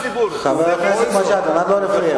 זה חולשה שלך שאתה לא יודע,